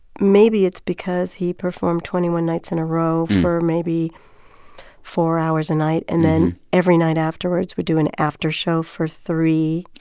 maybe it's because he performed twenty one nights in a row for maybe four hours a night and then every night afterwards would do an after show for three,